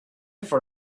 for